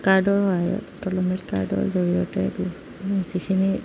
কাৰ্ডৰ সহায়ত অটল অমৃত কাৰ্ডৰ জৰিয়তে যিখিনি